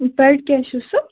bad کیٛاہ چھُ سُہ